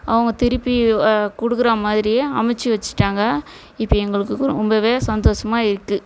அவங்க திருப்பி கொடுக்குறமாரியே அமைச்சு வச்சுட்டாங்க இப்போ எங்களுக்கு ரொம்பவே சந்தோஸமாக இருக்கு